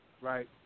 right